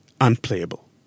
unplayable